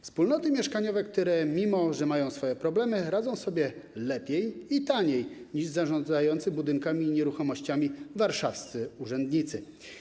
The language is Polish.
Wspólnoty mieszkaniowe, które mimo że mają swoje problemy, radzą sobie lepiej i taniej niż zarządzający budynkami i nieruchomościami warszawscy urzędnicy.